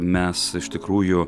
mes iš tikrųjų